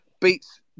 beats